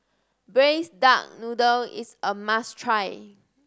Braised Duck Noodle is a must try